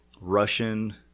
Russian